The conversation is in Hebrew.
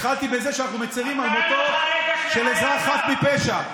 התחלתי בזה שאנחנו מצירים על מותו של אזרח חף מפשע.